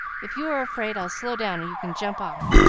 if you are afraid, i'll slow down and you can jump off,